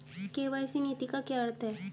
KYC नीति का क्या अर्थ है?